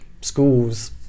schools